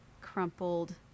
crumpled